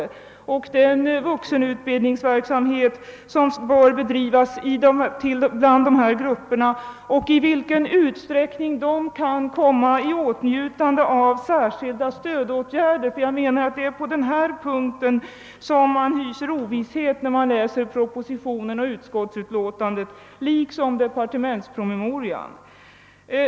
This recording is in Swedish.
Vi måste diskutera den vuxenutbildningsverksamhet som bör bedrivas bland dessa grupper och i vilken utsträckning de kan komma i åtnjutande av särskilda stödåtgärder. Det är på denna punkt man hyser ovisshet när man läser propositionen och utskottutlåtandet liksom departementspromemorian.